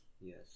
Yes